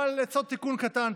אבל לעשות תיקון קטן,